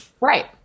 Right